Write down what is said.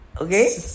Okay